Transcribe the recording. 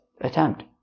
attempt